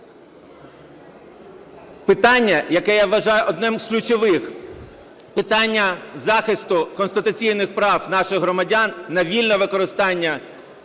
питання, яке я вважаю одним з ключових, питання захисту конституційних прав наших громадян на вільне використання